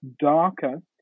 darker